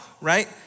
right